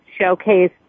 showcase